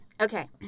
Okay